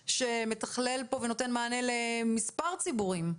שמתחלל פה ונותן מענה למספר רחב של ציבורים.